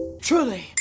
Truly